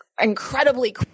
incredibly